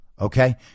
okay